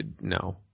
no